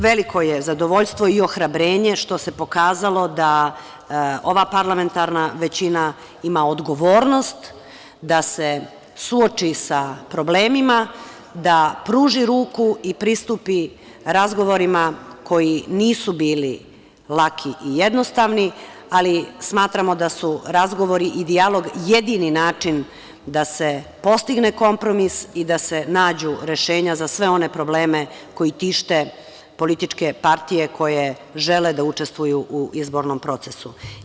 Veliko je zadovoljstvo i ohrabrenje što se pokazalo da ova parlamentarna većina ima odgovornost da se suoči sa problemima, da pruži ruku i pristupi razgovorima koji nisu bili laki i jednostavni, ali smatramo da su razgovori i dijalog jedini način da se postigne kompromis i da se nađu rešenja za sve one probleme koji tište političke partije koje žele da učestvuju u izbornom procesu.